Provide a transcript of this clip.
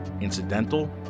incidental